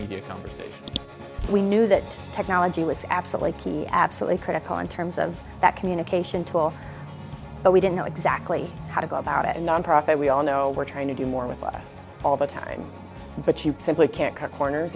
of media conversation we knew that technology was absolutely key absolutely critical in terms of that communication tool but we didn't know exactly how to go about it in nonprofit we all know we're trying to do more with less all the time but you simply can't cut corners